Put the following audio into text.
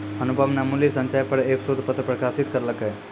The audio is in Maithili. अनुपम न मूल्य संचय पर एक शोध पत्र प्रकाशित करलकय